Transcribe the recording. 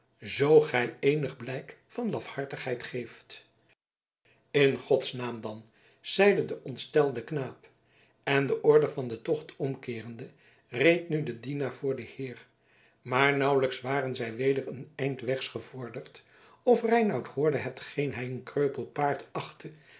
zoo gij eenig blijk van lafhartigheid geeft in gods naam dan zeide de ontstelde knaap en de orde van den tocht omkeerende reed nu de dienaar voor den heer maar nauwelijks waren zij weder een eind wegs gevorderd of reinout hoorde hetgeen hij een kreupel paard achtte